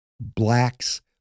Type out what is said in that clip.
blacks